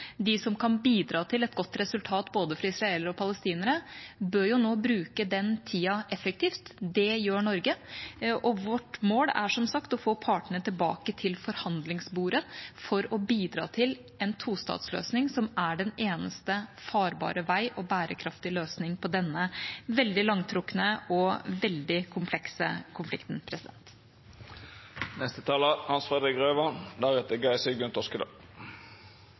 de som kan bidra til et godt resultat for både israelere og palestinere, nå bør bruke den tiden effektivt. Det gjør Norge, og vårt mål er som sagt å få partene tilbake til forhandlingsbordet for å bidra til en tostatsløsning, som er den eneste farbare vei og bærekraftige løsning på denne veldig langtrukne og veldig komplekse konflikten.